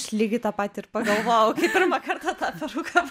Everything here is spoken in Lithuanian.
aš lygiai tą patį ir pagalvojau kai pirmą kartą tą peruką